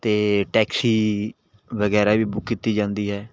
ਅਤੇ ਟੈਕਸੀ ਵਗੈਰਾ ਵੀ ਬੁੱਕ ਕੀਤੀ ਜਾਂਦੀ ਹੈ